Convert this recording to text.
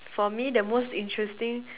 for me the most interesting